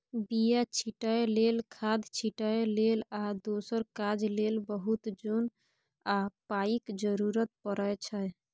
बीया छीटै लेल, खाद छिटै लेल आ दोसर काज लेल बहुत जोन आ पाइक जरुरत परै छै